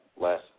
less